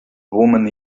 woman